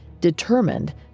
Determined